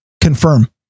confirm